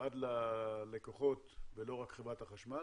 עד ללקוחות, ולא רק חברת החשמל.